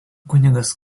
kunigas